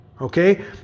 Okay